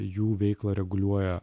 jų veiklą reguliuoja